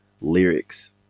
lyrics